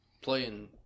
playing